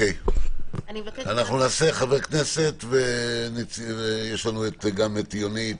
ניתן לחברי הכנסת לדבר וכן ליונית